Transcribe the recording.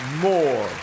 more